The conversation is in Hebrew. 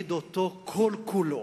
להעמיד אותו כל-כולו